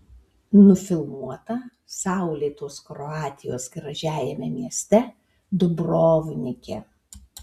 nufilmuota saulėtos kroatijos gražiajame mieste dubrovnike